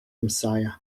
messiah